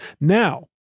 Now